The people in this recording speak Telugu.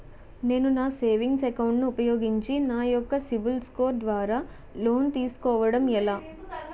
నేను నా సేవింగ్స్ అకౌంట్ ను ఉపయోగించి నా యెక్క సిబిల్ స్కోర్ ద్వారా లోన్తీ సుకోవడం ఎలా?